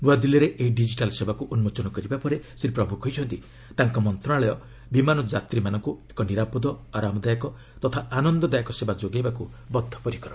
ନୂଆଦିଲ୍ଲୀରେ ଏହି ଡିଜିଟାଲ୍ ସେବାକୁ ଉନ୍ମୋଚନ କରିବାପରେ ଶ୍ରୀ ପ୍ରଭୁ କହିଛନ୍ତି ତାଙ୍କ ମନ୍ତ୍ରଣାଳୟ ବିମାନ ଯାତ୍ରୀମାନଙ୍କୁ ଏକ ନିରାପଦ ଆରାମଦାୟକ ତଥା ଆନନ୍ଦଦାୟକ ସେବା ଯୋଗାଇବାକୁ ବଦ୍ଧପରିକର